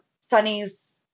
Sonny's